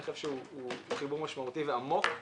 אני חושב שהוא חיבור משמעותי ועמוק,